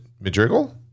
Madrigal